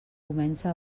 comença